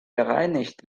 gereinigt